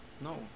no